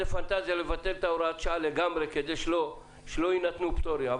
פנטזיה לבטל את הוראת השעה לגמרי כדי שלא יינתנו פטורים.